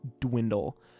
dwindle